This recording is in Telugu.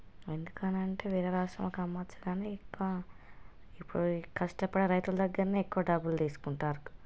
ఎందుకని అంటే వేరే రాష్ట్రంకి అమ్మవచ్చు కానీ ఎక్కువ ఇప్పుడు కష్టపడే రైతులు దగ్గరనే ఎక్కువ డబ్బులు తీసుకుంటారు